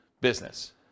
business